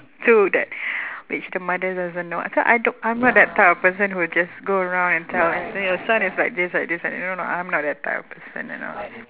to that which the mother doesn't know so I don't I'm not that type of person who'll just go around and tell anything your son is like this like this like you know or not I'm not that type of person you know